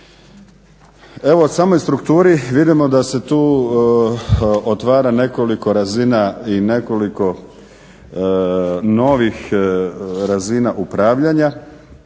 Evo o samoj strukturi vidimo da se tu otvara nekoliko razina i nekoliko novih razina upravljanja.